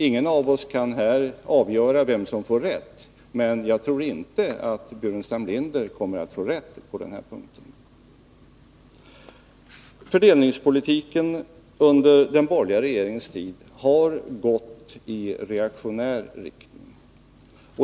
Ingen av oss kan här avgöra vem som får rätt, men jag tror inte att Staffan Burenstam Linder kommer att få rätt på den här punkten. Fördelningspolitiken under den borgerliga regeringens tid har gått i reaktionär riktning.